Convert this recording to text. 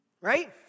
Right